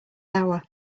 hour